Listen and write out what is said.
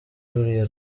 ruriya